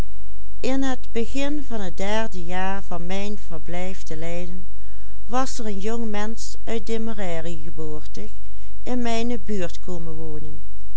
in mijne buurt komen wonen